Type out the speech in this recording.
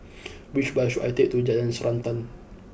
which bus should I take to Jalan Srantan